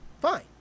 fine